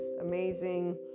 amazing